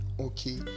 okay